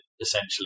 essentially